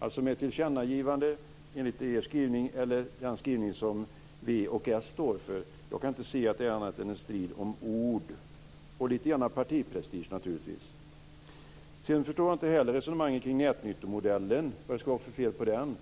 mellan ett tillkännagivande enligt er skrivning och den skrivning som vi och Socialdemokraterna står för? Jag kan inte se att det är annat än en strid om ord och naturligtvis lite grann partiprestige. Jag förstår inte heller resonemangen kring nätnyttomodellen och vad det skulle vara för fel på den.